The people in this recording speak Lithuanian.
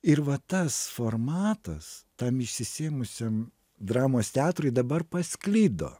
ir va tas formatas tam išsisėmusiam dramos teatrui dabar pasklido